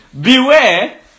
Beware